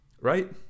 right